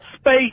Space